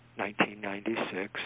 1996